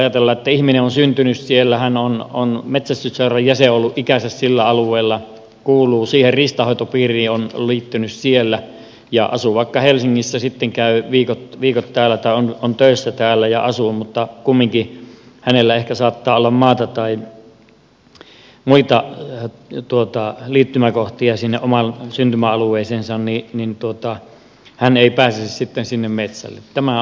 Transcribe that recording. ajatellaan että ihminen on syntynyt siellä hän on metsästysseuran jäsen ollut ikänsä sillä alueella kuuluu siihen riistanhoitopiiriin on liittynyt siellä mutta asuu vaikka helsingissä sitten käy viikot täällä tai on töissä täällä ja asuu mutta kumminkin hänellä ehkä saattaa olla maata tai muita liittymäkohtia sinne omaan syntymäalueeseensa mutta hän ei pääsisi sitten sinne metsälle